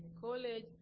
college